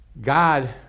God